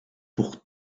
pour